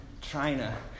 china